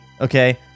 Okay